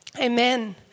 Amen